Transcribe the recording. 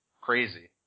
crazy